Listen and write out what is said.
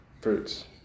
fruits